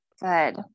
Good